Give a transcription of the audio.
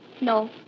No